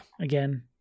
again